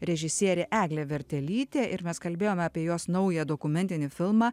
režisierė eglė vertelytė ir mes kalbėjome apie jos naują dokumentinį filmą